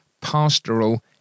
pastoral